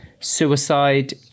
suicide